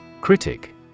Critic